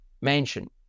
mansion